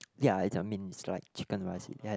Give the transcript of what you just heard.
ya it's I mean it's like Chicken Rice it has